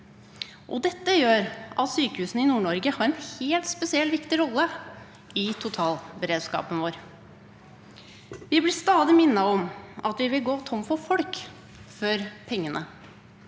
Dette gjør at sykehusene i Nord-Norge har en helt spesiell og viktig rolle i totalberedskapen vår. Vi blir stadig minnet om at vi vil gå tom for folk før vi går